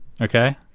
okay